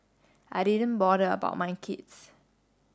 I didn't bother about my kids